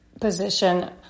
position